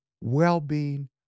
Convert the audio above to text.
Well-being